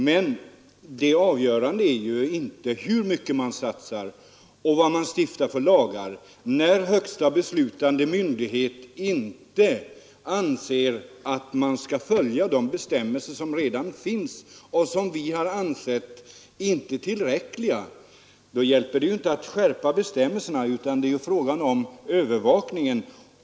Men det avgörande är ju inte hur mycket man satsar och vad man stiftar för lagar, när högsta beslutande myndighet inte anser att man skall följa de bestämmelser som redan finns och som vi har ansett inte vara tillräckliga. Då hjälper det inte att skärpa bestämmelserna, utan det är ju fråga om övervakningen.